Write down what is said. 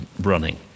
running